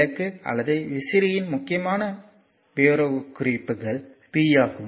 விளக்கு அல்லது விசிறியின் முக்கியமான விவரக்குறிப்புகள் p ஆகும்